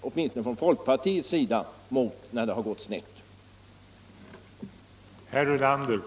Åtminstone folkpartiet har protesterat när det gått för snett.